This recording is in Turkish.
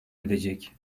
edecek